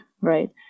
Right